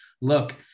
look